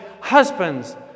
Husbands